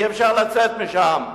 אי-אפשר לצאת משם.